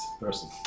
person